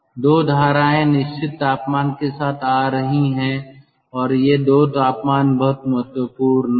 2 धाराएँ निश्चित तापमान के साथ आ रही हैं और ये 2 तापमान बहुत महत्वपूर्ण हैं